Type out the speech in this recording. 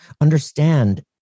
understand